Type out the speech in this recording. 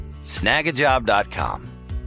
snagajob.com